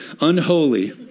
Unholy